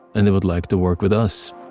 and they would like to work with us